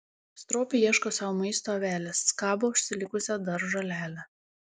stropiai ieško sau maisto avelės skabo užsilikusią dar žolelę